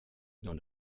dans